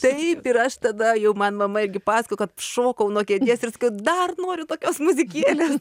taip ir aš tada jau man mama irgi pasakojo kad šokau nuo kėdės ir sakiau dar noriu tokios muzikėlės